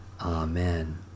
Amen